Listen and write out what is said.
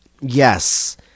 Yes